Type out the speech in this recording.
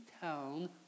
town